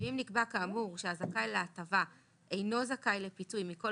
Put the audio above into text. ואם נקבע כאמור שהזכאי להטבה אינו זכאי לפיצוי מכל